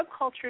subculture